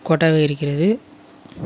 கோட்டாவே இருக்கிறது